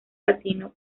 latino